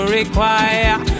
require